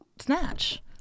snatch